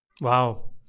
Wow